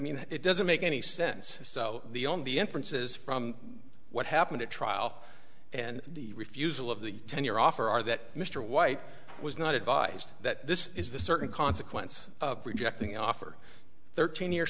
mean it doesn't make any sense so the on the inferences from what happened at trial and the refusal of the ten year offer are that mr white was not advised that this is the certain consequence rejecting offer thirteen year